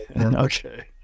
Okay